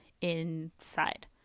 inside